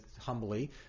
humbly